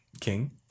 King